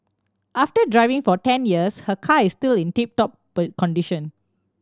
after driving for ten years her car is still in tip top condition